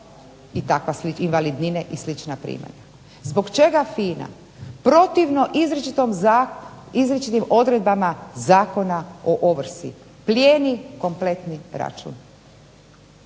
slična, invalidnine i takva primanja. Zbog čega FINA protivno izričitim odredbama Zakona o ovrsi plijeni kompletni račun.